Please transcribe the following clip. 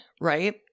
right